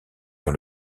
dans